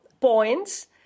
points